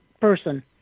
person